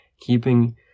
keeping